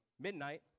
midnight